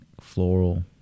floral